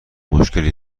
مشکلی